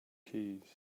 keys